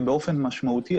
ובאופן משמעותי,